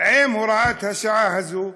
בהוראת השעה הזאת,